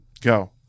go